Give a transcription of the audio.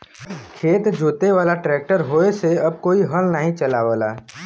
खेत जोते वाला ट्रैक्टर होये से अब कोई हल नाही चलावला